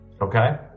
okay